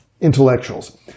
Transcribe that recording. intellectuals